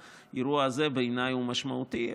האירוע הזה הוא משמעותי בעיניי,